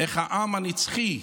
איך העם הנצחי,